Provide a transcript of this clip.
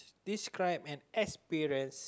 describe an experience